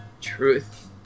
Truth